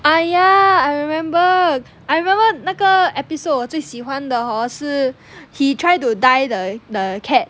ah ya I remember I remember 那个 episode 我最喜欢的 hor 是 he try to dye the the cat